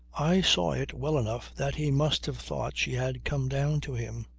i saw it well enough that he must have thought she had come down to him.